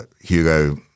Hugo